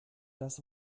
das